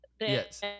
Yes